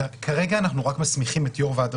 כרגע אנחנו רק מסמיכים את יו"ר ועדת